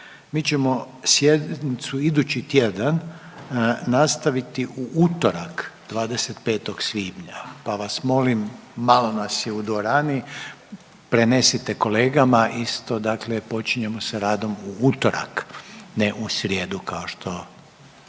Mi ćemo sjednicu idući tjedan nastaviti u utorak, 25. svibnja, pa vas molim, malo nas u dvorani, prenesite kolegama isto dakle, počinjemo sa radom u utorak, ne u srijedu kao što